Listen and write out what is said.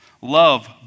Love